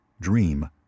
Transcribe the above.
Dream